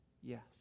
Yes